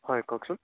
হয় কওকচোন